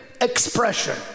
expression